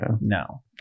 No